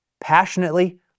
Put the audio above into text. passionately